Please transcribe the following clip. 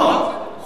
כלפי הממשלה,